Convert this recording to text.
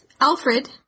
Alfred